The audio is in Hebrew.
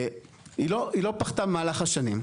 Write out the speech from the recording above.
היא לא פחתה במהלך השנים.